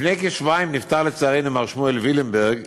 לפני כשבועיים נפטר, לצערנו, מר שמואל וילנברג,